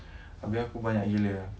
abeh aku banyak gila eh